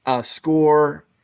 score